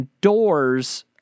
doors